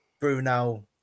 Bruno